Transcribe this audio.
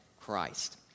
Christ